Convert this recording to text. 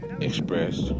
express